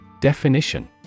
Definition